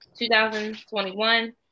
2021